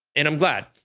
and i'm glad.